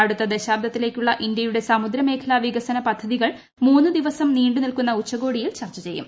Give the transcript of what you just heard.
അടുത്ത ദശാബ്ദത്തിലേക്കുള്ള ഇന്തൃയുടെ സമുദ്ര മേഖലാ വികസന പദ്ധതികൾ മൂന്നു ദിവസം നീണ്ടു നിൽക്കുന്ന ഉച്ചകോടിയിൽ ചർച്ച ചെയ്യും